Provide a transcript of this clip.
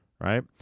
right